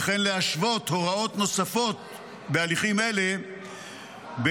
וכן להשוות הוראות נוספות בהליכים אלה בהתאם